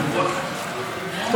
חבר הכנסת חיים ילין,